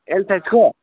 L साइजको